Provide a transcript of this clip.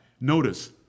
Notice